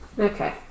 okay